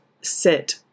sit